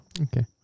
Okay